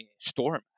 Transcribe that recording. storm